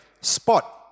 Spot